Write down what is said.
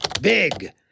Big